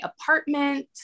apartment